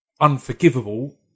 unforgivable